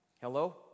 Hello